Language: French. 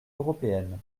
européenne